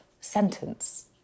sentence